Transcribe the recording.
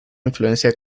influencia